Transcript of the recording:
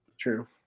true